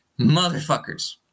motherfuckers